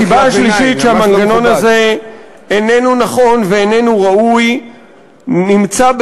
הסיבה השלישית שהמנגנון הזה איננו נכון ואיננו ראוי נמצאת,